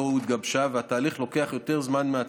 התגבשה והתהליך לוקח יותר זמן מהצפוי.